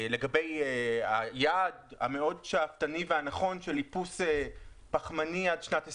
לגבי היעד השאפתני מאוד והנכון של איפוס פחמני עד שנת 2050,